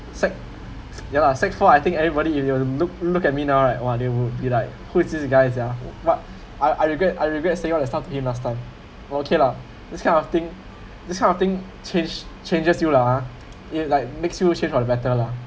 sec~ ya lah sec~ four I think everybody will will look look at me now right !wah! they would be like who is this guys sia I I regret I regret say want to start to him last time okay lah this kind of thing this kind of thing change changes you lah ha it like makes you change on to better lah